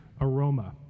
aroma